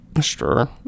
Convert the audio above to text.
sure